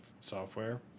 software